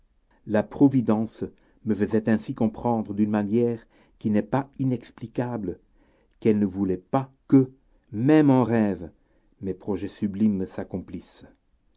la providence me faisait ainsi comprendre d'une manière qui n'est pas inexplicable qu'elle ne voulait pas que même en rêve mes projets sublimes s'accomplissent